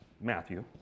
Matthew